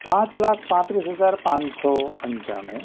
પાંચ લાખ પાંત્રીસ હજાર પાંચસો પંચાણું